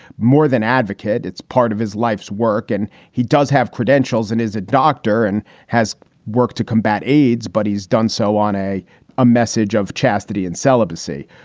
more than advocate. it's part of his life's work. and he does have credentials and is a doctor and has worked to combat aids. but he's done so on a a message of chastity and celibacy.